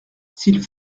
s’il